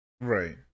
right